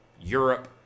Europe